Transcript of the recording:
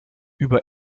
über